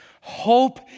Hope